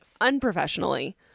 unprofessionally